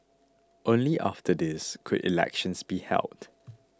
only after this could elections be held